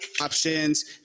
options